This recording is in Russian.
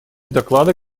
доклада